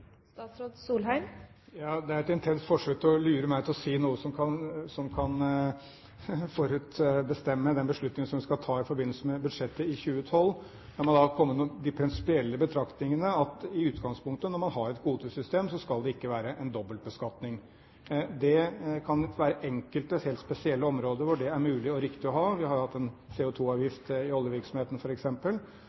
Det er et intenst forsøk på å lure meg til å si noe som kan forutbestemme den beslutningen som vi skal ta i forbindelse med budsjettet i 2012. La meg da komme med de prinsipielle betraktningene: Når man har et kvotesystem, skal det i utgangspunktet ikke være en dobbeltbeskatning. Det kan nok være enkelte, helt spesielle områder hvor det er mulig og riktig å ha det. Vi har f.eks. hatt en CO2-avgift i oljevirksomheten.